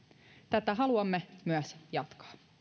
tätä haluamme myös jatkaa